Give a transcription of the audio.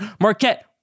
Marquette